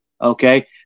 Okay